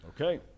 Okay